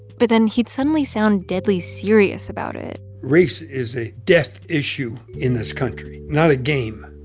but then he'd suddenly sound deadly serious about it race is a death issue in this country, not a game.